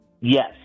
Yes